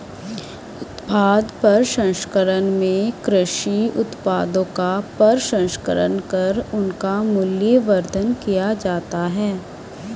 उत्पाद प्रसंस्करण में कृषि उत्पादों का प्रसंस्करण कर उनका मूल्यवर्धन किया जाता है